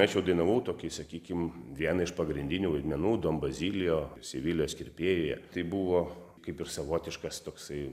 aš jau dainavau tokį sakykim vieną iš pagrindinių vaidmenų dom bazilijo sevilijos kirpėjuje tai buvo kaip ir savotiškas toksai